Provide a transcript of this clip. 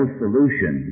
solution